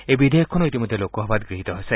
এই বিধেয়কখনো ইতিমধ্যে লোকসভাত গৃহীত হৈছে